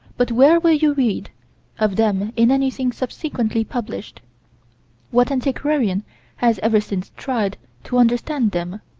but where will you read of them in anything subsequently published what antiquarian has ever since tried to understand them,